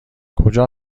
کجا